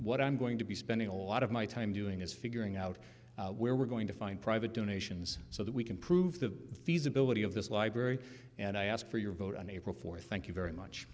what i'm going to be spending a lot of my time doing is figuring out where we're going to find private donations so that we can prove the feasibility of this library and i ask for your vote on april fourth thank you very much